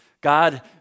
God